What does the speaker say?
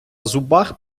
зубах